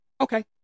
Okay